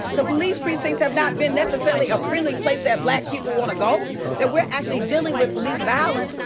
the police precincts have not been necessarily a friendly place that black people wanna go that were actually dealing with police violence.